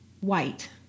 white